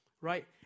right